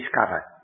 discover